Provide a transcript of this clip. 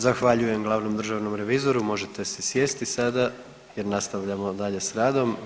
Zahvaljujem glavnom državnom revizoru, možete se sjesti sada jer nastavljamo dalje s radom.